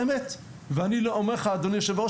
אדוני היו"ר,